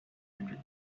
hundred